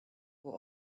were